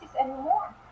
anymore